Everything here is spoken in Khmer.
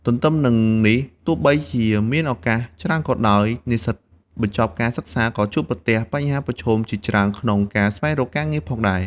ទន្ទឹមនិងនេះទោះបីជាមានឱកាសច្រើនក៏ដោយ និស្សិតបញ្ចប់ការសិក្សាក៏ជួបប្រទះបញ្ហាប្រឈមជាច្រើនក្នុងការស្វែងរកការងារផងដែរ។